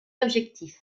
objectif